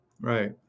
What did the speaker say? Right